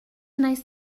nice